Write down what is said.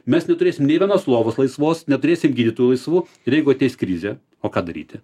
mes neturėsim nei vienos lovos laisvos neturėsim gydytojų laisvų ir jeigu ateis krizė o ką daryti